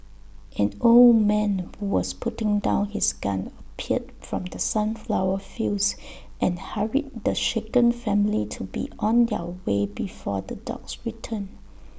an old man who was putting down his gun appeared from the sunflower fields and hurried the shaken family to be on their way before the dogs return